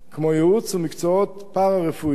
כמו ייעוץ ומקצועות פארה-רפואיים.